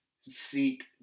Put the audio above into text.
seek